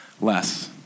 less